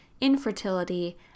infertility